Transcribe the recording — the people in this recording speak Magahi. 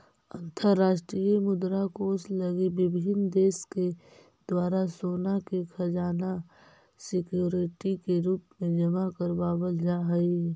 अंतरराष्ट्रीय मुद्रा कोष लगी विभिन्न देश के द्वारा सोना के खजाना सिक्योरिटी के रूप में जमा करावल जा हई